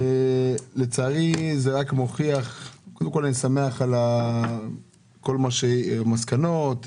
אני שמח על המסקנות,